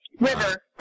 River